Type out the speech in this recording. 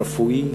הרפואי,